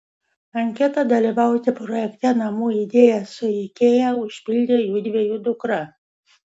anketą dalyvauti projekte namų idėja su ikea užpildė judviejų dukra